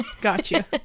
Gotcha